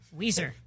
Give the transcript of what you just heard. Weezer